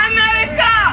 America